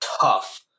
tough